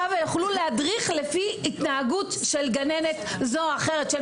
שעה ויוכלו להדריך לפי התנהגות של גננת זו או אחרת.